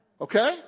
Okay